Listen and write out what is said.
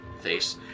face